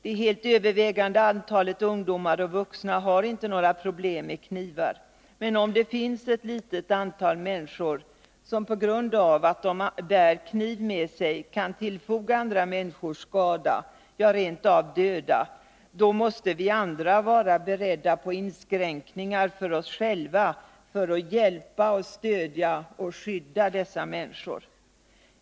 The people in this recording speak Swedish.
Det helt övervägande antalet ungdomar och vuxna har inte några problem med knivar. Men om det finns ett litet antal människor som på grund av att de bär kniv med sig kan tillfoga andra människor skada, ja, rent av döda, då måste vi andra vara beredda på inskränkningar för oss själva för att hjälpa, stödja och skydda dessa människor.